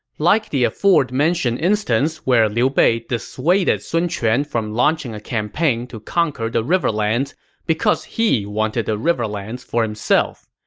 like the aforementioned instance where liu bei dissuaded sun quan from launching a campaign to conquer the riverlands because he wanted the riverlands for himself.